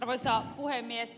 arvoisa puhemies